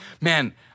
man